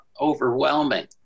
overwhelming